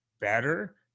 better